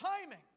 timing